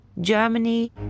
Germany